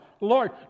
Lord